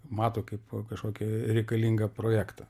mato kaip kažkokį reikalingą projektą